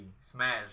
Smash